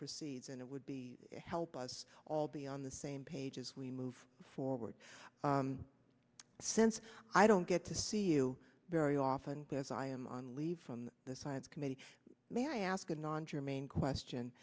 proceeds and it would be help us all be on the same page as we move forward since i don't get to see you very often as i am on leave from the science committee may i ask a non germane question